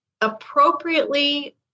appropriately